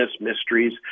mysteries